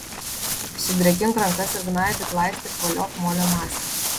sudrėkink rankas ir gnaibyk lankstyk voliok molio masę